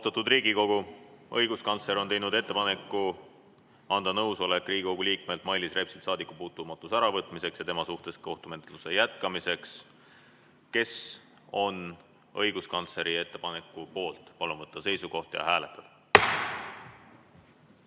Austatud Riigikogu, õiguskantsler on teinud ettepaneku anda nõusolek Riigikogu liikmelt Mailis Repsilt saadikupuutumatuse äravõtmiseks ja tema suhtes kohtumenetluse jätkamiseks. Kes on õiguskantsleri ettepaneku poolt? Palun võtta seisukoht ja hääletada!